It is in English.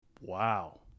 Wow